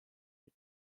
mit